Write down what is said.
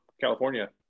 California